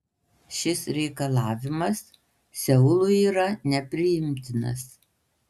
šis reikalavimas seului yra nepriimtinas